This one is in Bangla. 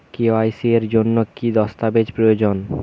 কে.ওয়াই.সি এর জন্যে কি কি দস্তাবেজ প্রয়োজন?